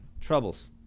troubles